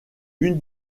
une